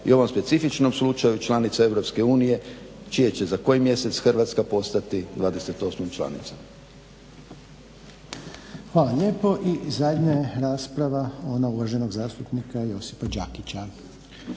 i ovom specifičnom slučaju članica EU čije će za koji mjesec Hrvatska postati 28.članicom. **Reiner, Željko (HDZ)** hvala lijepo. I zadnja rasprava ona uvaženog zastupnika Josipa Đakića.